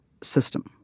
system